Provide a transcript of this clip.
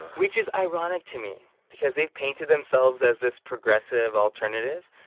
which is ironic to me because they've painted themselves as this progressive alternative.